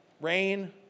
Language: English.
Rain